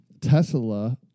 Tesla